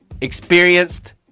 Experienced